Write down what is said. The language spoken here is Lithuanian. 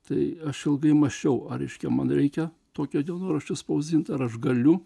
tai aš ilgai mąsčiau ar reiškia man reikia tokio dienoraščio spausdint ar aš galiu